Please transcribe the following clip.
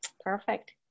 Perfect